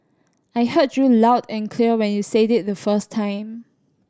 I heard you loud and clear when you said it the first time